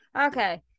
Okay